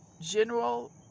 general